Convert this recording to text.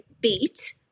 BEAT